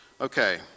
Okay